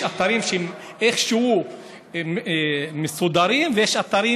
יש אתרים שהם איכשהו מסודרים ויש אתרים